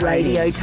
Radio